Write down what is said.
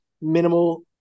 minimal